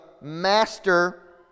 master